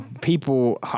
people